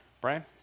brian